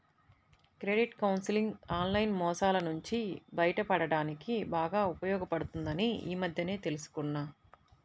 credit counselling online మోసాల నుంచి బయటపడడానికి బాగా ఉపయోగపడుతుందని ఈ మధ్యనే తెల్సుకున్నా